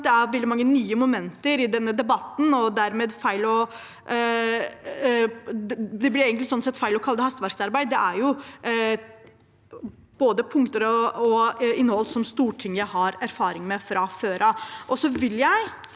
veldig mange nye momenter i denne debatten. Sånn sett blir det egentlig feil å kalle det hastverksarbeid. Det er både punkter og innhold som Stortinget har erfaring med fra før.